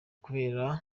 kubera